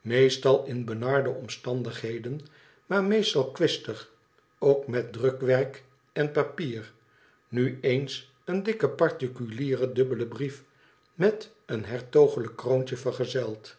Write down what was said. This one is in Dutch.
meestal in benarde omstandigheden maar meestal kwistig ook met drukwerk en papier nu eens een dikke particuliere dubbele brief met een hertogelijk kroontje verzegeld